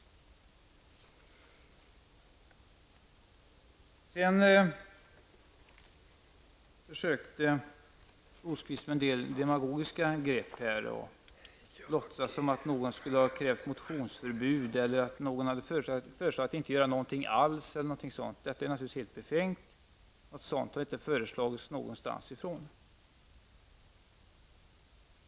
Birger Rosqvist försökte sedan med en del demagogiska grepp. Han låtsades att någon skulle ha krävt motionsförbud, eller att någon hade föreslagit att vi inte skulle göra någonting alls. Detta är naturligtvis helt befängt. Något sådant har inte föreslagits från något håll.